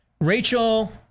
rachel